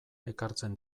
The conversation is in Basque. ekartzen